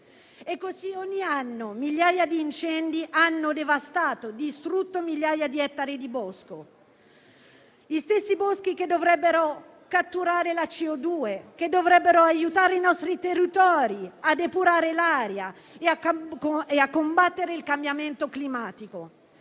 E così ogni anno migliaia di incendi hanno devastato e distrutto migliaia di ettari di bosco, gli stessi boschi che dovrebbero catturare la CO₂ e aiutare i nostri territori a depurare l'aria e a combattere il cambiamento climatico.